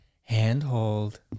handhold